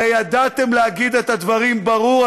הרי ידעתם להגיד את הדברים ברור.